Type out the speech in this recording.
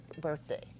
birthday